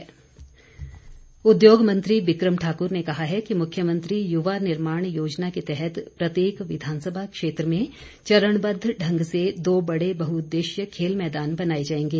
बिक्रम ठाक्र उद्योग मंत्री बिकम ठाक्र ने कहा है कि मुख्यमंत्री युवा निर्माण योजना के तहत प्रत्येक विधानसभा क्षेत्र में चरणबद्व ढंग से दो बड़े बहुउददेशीय खेल मैदान बनाए जाएंगे